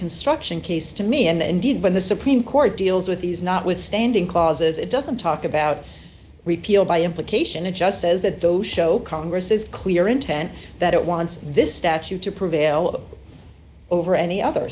construction case to me and indeed when the supreme court deals with these notwithstanding clauses it doesn't talk about repeal by implication it just says that those show congress is clear intent that it wants this statute to prevail over any other